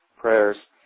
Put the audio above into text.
prayers